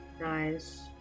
Nice